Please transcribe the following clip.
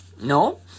No